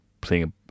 playing